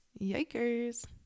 Yikers